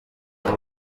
gihe